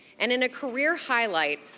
and in a career highlight,